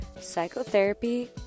psychotherapy